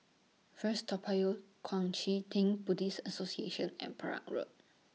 First Toa Payoh Kuang Chee Tng Buddhist Association and Perak Road